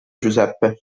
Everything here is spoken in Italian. giuseppe